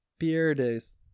pierdes